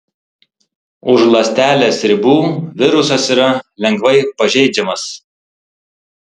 už ląstelės ribų virusas yra lengvai pažeidžiamas